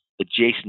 adjacent